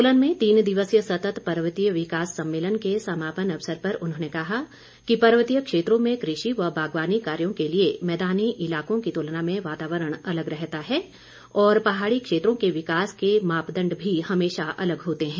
सोलन में तीन दिवसीय सतत पर्वतीय विकास सम्मेलन के समापन अवसर पर उन्होंने कहा कि पर्वतीय क्षेत्रों में कृषि व बागवानी कार्यों के लिए मैदानी इलाकों की तुलना में वातावरण अलग रहता है और पहाड़ी क्षेत्रों के विकास के मापदंड भी हमेशा अलग होते हैं